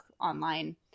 online